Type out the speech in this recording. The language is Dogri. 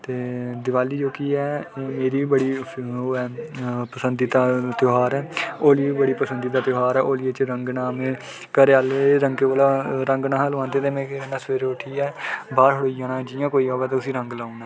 ते दिवाली जोह्की ऐ ओह् मेरी बी बड़ी ओह् ऐ पसंदीदा दा ध्यार ऐ होली बी बड़ी पसंदीदा ध्यार ऐ होर एह्दे च रंगना में घरैआह्ले कोला रंग न'हां लोआंदा ते में केह् करना सवेरै उट्ठियै बाह्र खड़ोई जाना जि'यां कोई होर आवै ते उस्सी रंग लाई ओड़ना